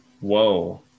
Whoa